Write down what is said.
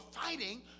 fighting